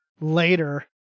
later